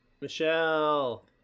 Michelle